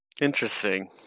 Interesting